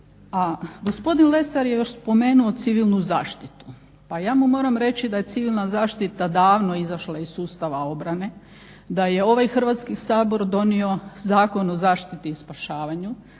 A gospodin Lesar je još spomenuo civilnu zaštitu, pa ja mu moram reći da je civilna zaštita davno izašla iz sustava obrane, da je ovaj Hrvatski sabor donio Zakon o zaštiti i spašavanju,